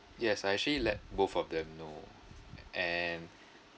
yes I actually let both of them know an